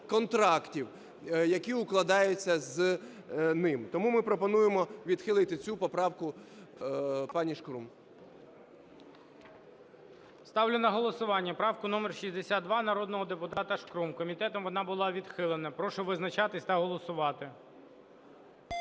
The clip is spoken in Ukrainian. контрактів, які укладаються з ним. Тому ми пропонуємо відхилити цю поправку пані Шкрум. ГОЛОВУЮЧИЙ. Ставлю на голосування правку номер 62 народного депутата Шкрум. Комітетом вона була відхилена. Прошу визначатись та голосувати.